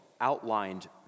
outlined